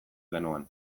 genuen